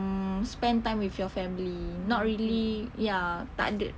mm spend time with your family not really ya tak ada